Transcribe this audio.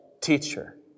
Teacher